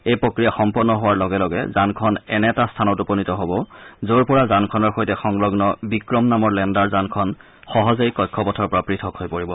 এই প্ৰক্ৰিয়া সম্পন্ন হোৱাৰ লগে লগে যানখন এনে এটা স্থানত উপনীত হব যৰ পৰা যানখনৰ সৈতে সংলগ্ন বিক্ৰম নামৰ লেণ্ডাৰ যানখন সহজেই কক্ষপথৰ পৰা পৃথক হৈ পৰিব